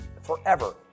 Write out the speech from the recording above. forever